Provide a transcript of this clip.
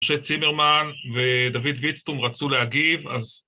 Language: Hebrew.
משה צימרמן ודוד ויצטום רצו להגיב, אז...